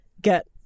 get